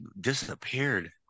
disappeared